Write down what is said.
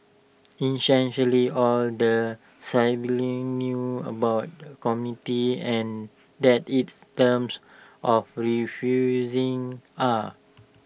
essentially all the siblings knew about the committee and that its terms of referring are